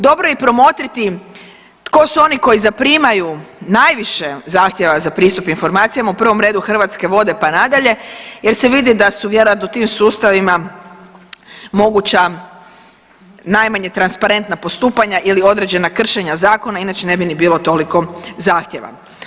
Dobro je i promotriti tko su oni koji zaprimaju najviše zahtjeva za pristup informacijama, u prvom redu Hrvatske vode, pa nadalje jer se vidi da su vjerojatno u tim sustavima moguća najmanje transparentna postupanja ili određena kršenja zakona inače ne bi ni bilo toliko zahtjeva.